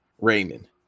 Raymond